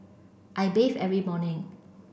I bathe every morning